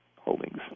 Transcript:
holdings